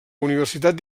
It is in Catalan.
universitat